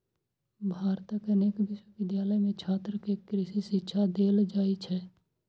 भारतक अनेक विश्वविद्यालय मे छात्र कें कृषि शिक्षा देल जाइ छै